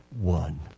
one